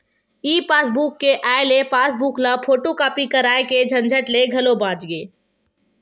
ई passbook के आए ले पासबूक ल फोटूकापी कराए के झंझट ले घलो बाच गे